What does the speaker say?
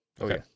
Okay